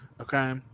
Okay